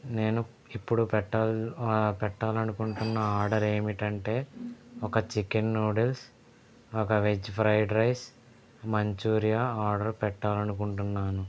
నేను ఇప్పుడు పెట్టాల్ పెట్టాలనుకుంటున్న ఆర్డర్ ఏంటంటే ఒక చికెన్ నూడుల్స్ ఒక veg fried rice Manchuria order పెట్టాలని అనుకుంటున్నాను